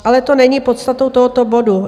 Ale to není podstatou tohoto bodu.